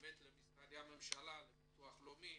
למשרדי הממשלה ולביטוח הלאומי